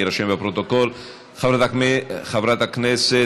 יושב-ראש ועדת הפנים חבר הכנסת